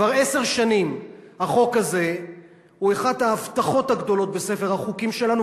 כבר עשר שנים החוק הזה הוא אחת ההבטחות הגדולות בספר החוקים שלנו,